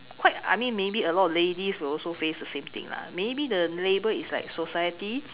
quite I mean maybe a lot of ladies will also face the same thing lah maybe the label is like society